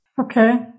Okay